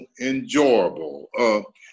enjoyable